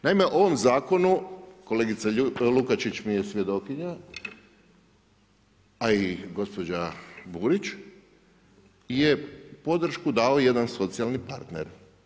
Naime, ovom zakonu, kolegica Lukačić mi je svjedokinja, a i gospođa Burić je podršku dao jedan socijalni partner.